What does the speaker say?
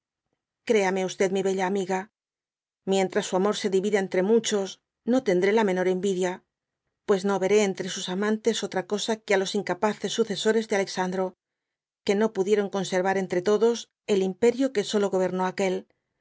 créame mi bella amiga mientras su amor se divida entre muchos no tendré la menor envidia pues no veré entre sus amantes otra cosa que á los incapaces succesores de alexandro que no pudieron conservar entre todos el imperio que solo governó aquel